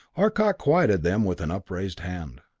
arcot quieted them with an upraised hand.